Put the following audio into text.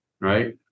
right